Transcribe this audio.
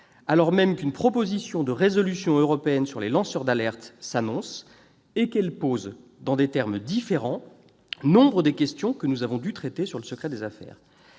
alors même que s'annonce une proposition de résolution européenne sur les lanceurs d'alerte, qui pose dans des termes différents nombre des questions que nous avons dû traiter sur le secret des affaires